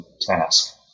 task